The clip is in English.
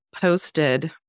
posted